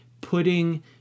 putting